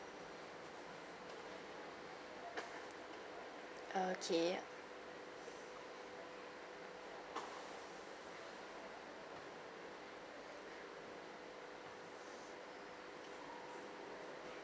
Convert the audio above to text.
okay